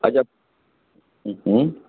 अच्छा हम्म